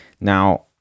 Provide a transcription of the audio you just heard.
Now